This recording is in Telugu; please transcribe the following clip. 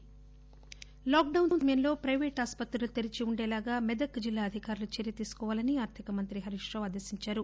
హరీష్ రావు లాక్ డౌస్ సమయంలో పైవేట్ ఆస్పత్రులు తెరిచి ఉండేలాగా మెదక్ జిల్లా అధికారులు చర్య తీసుకోవాలని ఆర్లిక మంత్రి హరీష్ రావు ఆదేశించారు